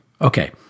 Okay